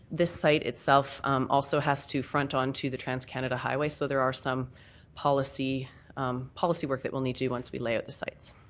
this site itself also has to front on to the transcanada highway so there are some policy policy work that we'll need to do once we lay out the sites.